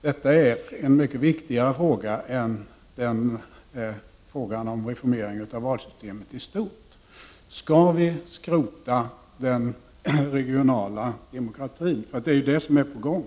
Det gäller en mycket viktigare fråga än frågan om reformering av valsystemet i stort: Skall vi skrota den regionala demokratin? Det är ju det som är på gång.